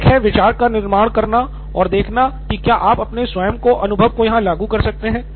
एक है विचार पर निर्माण करना और देखना कि क्या आप अपने स्वयं के अनुभव को यहाँ लागू कर सकते हैं